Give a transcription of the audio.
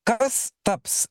kas taps